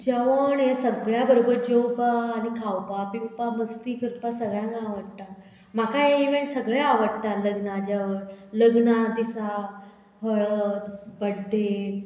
जेवण हें सगळ्या बरोबर जेवपा आनी खावपा पिवपा मस्ती करपा सगळ्यांक आवडटा म्हाका हे इवेंट सगळे आवडटा लग्ना जेवण लग्ना दिसा हळद बड्डे